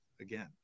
again